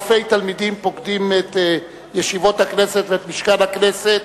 אלפי תלמידים פוקדים את ישיבות הכנסת ואת משכן הכנסת